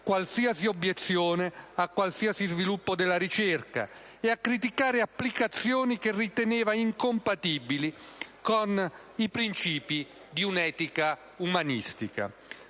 qualsiasi obiezione a qualsiasi sviluppo della ricerca, e a criticare applicazioni che riteneva incompatibili con i principi di un'etica umanistica.